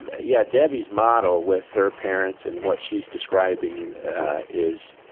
yeah, debbie's model with her parents and what she's describing is